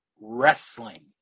wrestling